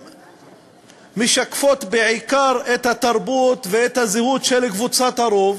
בעצם משקפים בעיקר את התרבות ואת הזהות של קבוצת הרוב,